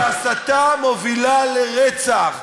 כי הסתה מובילה לרצח,